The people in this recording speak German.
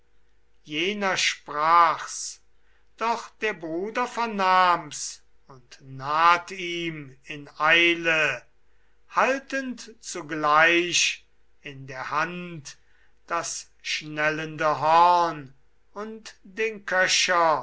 jener sprach's doch der bruder vernahm's und naht ihm in eile haltend zugleich in der hand das schnellende horn und den köcher